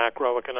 macroeconomic